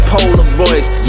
Polaroids